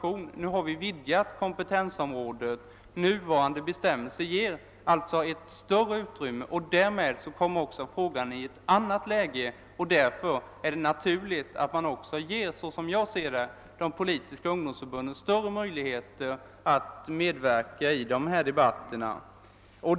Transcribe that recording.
Vi har nu en ny situation med ett vidgat kompetensområde. Nuvarande bestämmelser medger alltså ett större aktionsutrymme, och därvid kommer hela frågan i ett annat läge. Det är mot denna bakgrund också naturligt att åt de politiska ungdomsförbunden ges större möjligheter att medverka i denna informationsverksamhet.